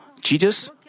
Jesus